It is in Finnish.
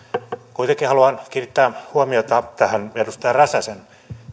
kuitenkin haluan kiinnittää huomiota tähän edustaja räsäsen